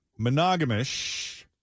monogamish